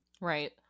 Right